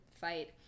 fight